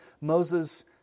Moses